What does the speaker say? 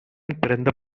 பிறந்த